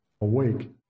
awake